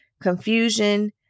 confusion